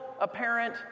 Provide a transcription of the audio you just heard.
apparent